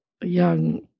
young